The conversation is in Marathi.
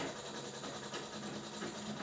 ज्यूटच्या पिशव्यांमुळे प्लॅस्टिक खूप कमी झाले आहे